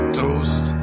toast